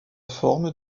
forme